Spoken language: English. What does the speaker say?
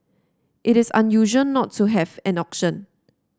it is unusual not to have an auction